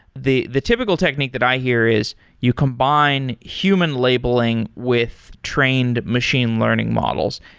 the the typical technique that i hear is you combine human labeling with trained machine learning models.